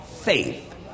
faith